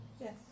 Yes